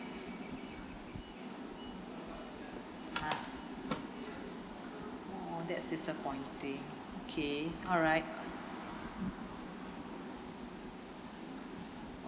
ah oh that's disappointing okay alright